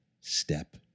Step